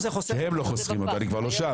שהם לא חוסכים אותו, אני כבר לא שם.